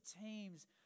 teams